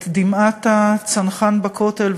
את דמעת הצנחן בכותל,